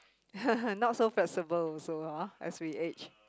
not so feasible also ah as we age